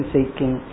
Seeking